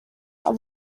aba